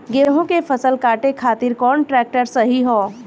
गेहूँ के फसल काटे खातिर कौन ट्रैक्टर सही ह?